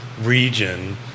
region